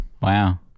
Wow